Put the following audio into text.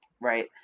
right